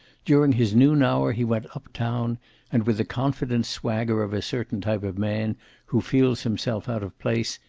during his noon hour he went up-town and, with the confident swagger of a certain type of man who feels himself out of place,